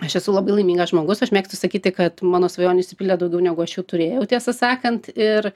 aš esu labai laimingas žmogus aš mėgstu sakyti kad mano svajonių išsipildė daugiau negu aš jų turėjau tiesą sakant ir